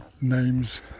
names